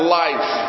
life